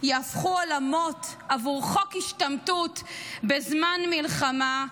יהפכו עולמות עבור חוק השתמטות בזמן מלחמה,